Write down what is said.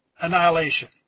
annihilation